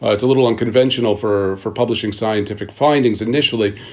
ah it's a little unconventional for for publishing scientific findings initially,